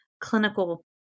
clinical